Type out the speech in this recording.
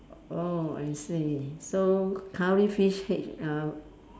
oh I see so curry fish head uh